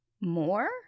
more